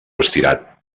estirat